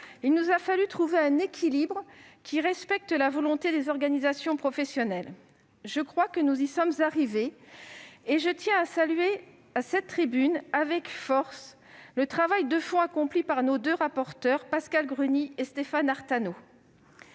il nous a fallu trouver un équilibre qui respecte la volonté des organisations professionnelles. Je crois que nous y sommes arrivés ; je tiens à saluer à cette tribune, avec force, le travail de fond accompli par nos deux rapporteurs, Pascale Gruny et Stéphane Artano.